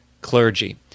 clergy